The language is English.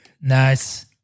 Nice